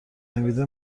نمیده